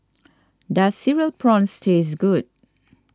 does Cereal Prawns taste good